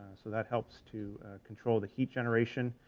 so that helps to control the heat generation.